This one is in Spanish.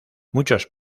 muchos